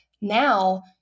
Now